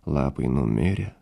lapai numirę